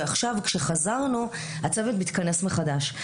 ועכשיו, כשחזרנו, הצוות מתכנס מחדש.